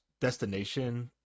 destination